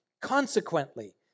Consequently